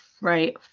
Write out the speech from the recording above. Right